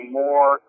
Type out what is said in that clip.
more